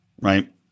right